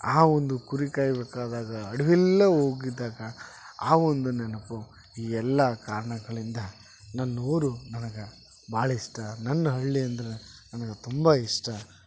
ಆ ಒಂದು ಕುರಿ ಕಾಯಬೇಕಾದಾಗ ಅಡವೆಲ್ಲಾ ಹೋಗಿದ್ದಾಗ ಆ ಒಂದು ನೆನಪು ಈ ಎಲ್ಲ ಕಾರಣಗಳಿಂದ ನನ್ನೂರು ನನಗ ಭಾಳ ಇಷ್ಟ ನನ್ನ ಹಳ್ಳಿ ಅಂದರೆ ನನಗ ತುಂಬ ಇಷ್ಟ